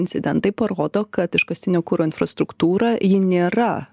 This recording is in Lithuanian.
incidentai parodo kad iškastinio kuro infrastruktūra ji nėra